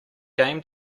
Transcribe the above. game